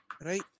Right